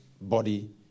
body